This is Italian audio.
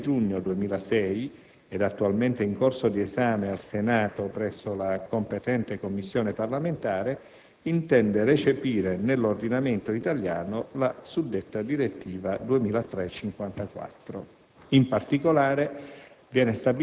approvato dal Consiglio dei ministri il 9 giugno 2006 ed attualmente in corso di esame al Senato presso la competente Commissione parlamentare, intende recepire nell'ordinamento italiano la suddetta direttiva